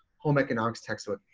home economics textbook.